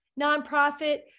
nonprofit